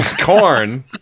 Corn